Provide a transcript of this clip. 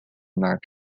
mark